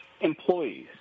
employees